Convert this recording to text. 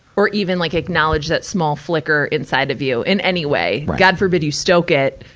or even like acknowledge that small flicker inside of you in any way. god forbid you stoke it,